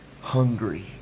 hungry